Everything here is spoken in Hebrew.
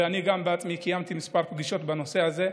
וגם אני בעצמי קיימתי כמה פגישות בנושא הזה,